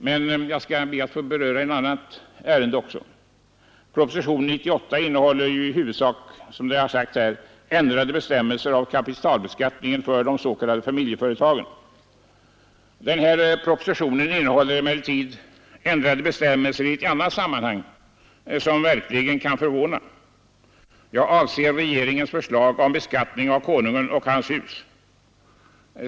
Men jag skall be att få beröra en annan fråga. Propositionen 98 innehåller i huvudsak ändrade bestämmelser av kapitalbeskattningen för de s.k. familjeföretagen, Denna proposition innehåller emellertid ändrade bestämmelser i ett annat sammanhang som verkligen kan förvåna. Jag avser regeringens förslag till beskattning av Konungen och hans hus.